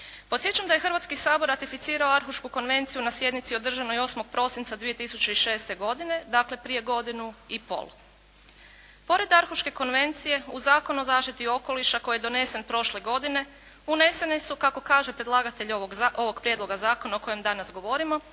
Podsjećam da je Hrvatski sabor ratificirao Arhušku konvenciju na sjednici održanoj 8. prosinca 2006. godine, dakle, prije godinu i pol. Pored Arhuške konvencije uz Zakon o zaštiti okoliša koji je donesen prošle godine unesene su, kako kaže predlagatelj ovoga Prijedloga zakona o kojem danas govorimo,